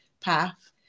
path